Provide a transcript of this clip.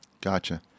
Gotcha